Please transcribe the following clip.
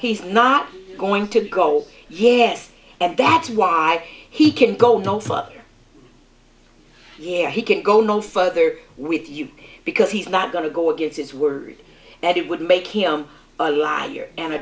he's not going to go yes and that's why he can go no further yeah he can go no further with you because he's not going to go against his word that it would make him a liar and